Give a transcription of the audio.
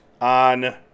on